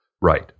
Right